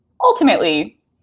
ultimately